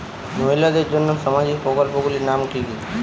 মহিলাদের জন্য সামাজিক প্রকল্প গুলির নাম কি কি?